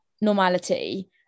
normality